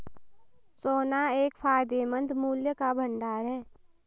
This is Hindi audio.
सोना एक फायदेमंद मूल्य का भंडार है